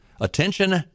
attention